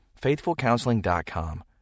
FaithfulCounseling.com